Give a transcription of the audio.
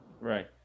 right